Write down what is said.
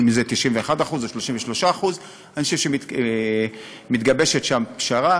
ומזה 91% ו-33% אני חושב שמתגבשת שם פשרה.